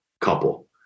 couple